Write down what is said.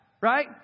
right